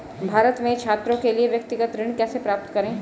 भारत में छात्रों के लिए व्यक्तिगत ऋण कैसे प्राप्त करें?